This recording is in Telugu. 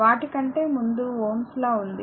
వాటికంటే ముందు Ω's లాΩ's law ఉంది